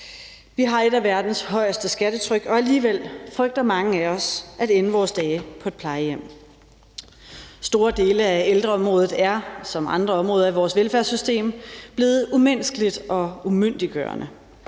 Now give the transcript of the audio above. Vi har et af verdens højeste skattetryk, og alligevel frygter mange af os at ende vores dage på et plejehjem. Store dele af ældreområdet er som andre områder i vores velfærdssystem blevet umenneskeligt og umyndiggørende,